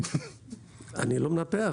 אני לא מנפח,